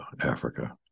africa